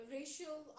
racial